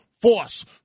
Force